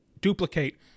duplicate